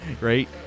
right